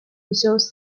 resource